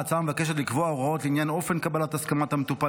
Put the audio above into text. ההצעה מבקשת לקבוע הוראות לעניין אופן קבלת הסכמת המטופל